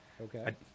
Okay